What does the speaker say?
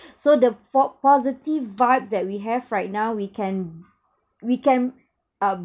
so the po~ positive vibes that we have right now we can we can um